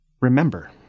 Remember